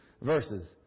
verses